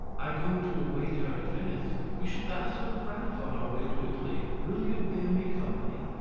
i go to await her at venice. we shall pass through france on our way to italy. will you bear me company?